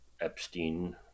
Epstein